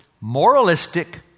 moralistic